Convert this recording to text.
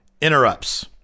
interrupts